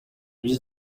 ibyo